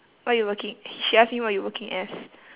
what you working she ask me what you working as